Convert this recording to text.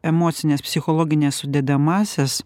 emocines psichologines sudedamąsias